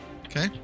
Okay